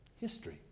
history